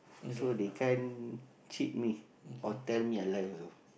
so they can't cheat me or tell me I lie also